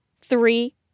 Three